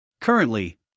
Currently